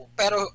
pero